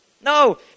No